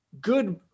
good